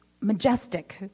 majestic